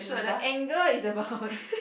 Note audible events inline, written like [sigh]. the angle is about [laughs]